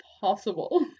Possible